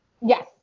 Yes